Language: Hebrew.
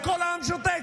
וכל העם שותק,